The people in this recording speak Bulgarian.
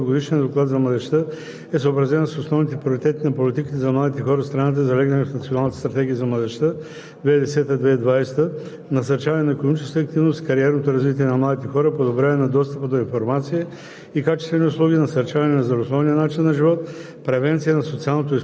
На заседанието присъства господин Николай Павлов – заместник-министър на младежта и спорта, който представи Годишния доклад за младежта за 2019 г. Господин Павлов посочи, че информацията в Годишния доклад за младежта е съобразена с основните приоритети на политиката за младите хора в страната, залегнали в Националната стратегия за младежта (2010 – 2020)